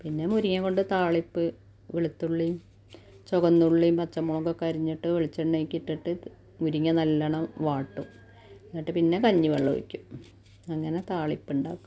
പിന്നെ മുരിങ്ങ കൊണ്ട് താളിപ്പ് വെളുത്തുള്ളീം ചുവന്നുള്ളീം പച്ചമുളകൊക്കെ അരിഞ്ഞിട്ട് വെളിച്ചെണ്ണെക്കെ ഇട്ടിട്ട് മുരിങ്ങ നല്ലവണ്ണം വാട്ടും എന്നിട്ട് പിന്നെ കഞ്ഞി വെള്ളമൊഴിക്കും അങ്ങനെ താളിപ്പുണ്ടാക്കും